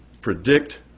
predict